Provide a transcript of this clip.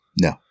No